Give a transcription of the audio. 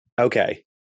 Okay